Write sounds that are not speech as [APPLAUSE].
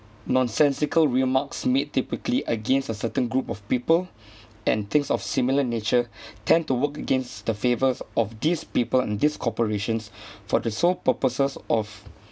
nonsensical remarks made typically against a certain group of people [BREATH] and things of similar nature [BREATH] tend to work against the favour of these people and these corporations [BREATH] for the sole purpose of